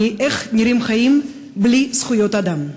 איך נראים חיים בלי זכויות אדם: